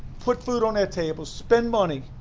put food on their tables, spend money,